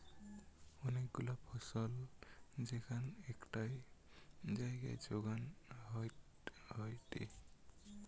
অনেক গুলা ফসল যেখান একটাই জাগায় যোগান হয়টে